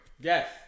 Yes